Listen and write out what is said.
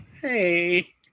Hey